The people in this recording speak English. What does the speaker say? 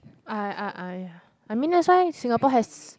I I I I mean that's why Singapore has